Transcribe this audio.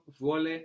vuole